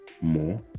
more